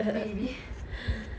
maybe